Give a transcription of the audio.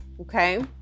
okay